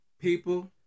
people